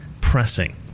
pressing